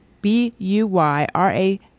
b-u-y-r-a-